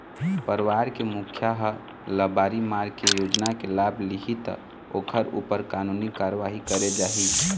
परवार के मुखिया ह लबारी मार के योजना के लाभ लिहि त ओखर ऊपर कानूनी कारवाही करे जाही